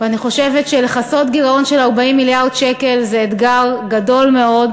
ואני חושבת שלכסות גירעון של 40 מיליארד שקל זה אתגר גדול מאוד,